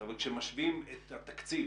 אבל כשמשווים את התקציב